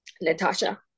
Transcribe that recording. Natasha